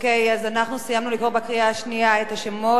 אז אנחנו סיימנו לקרוא בקריאה השנייה את השמות.